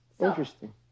Interesting